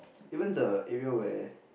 even the area where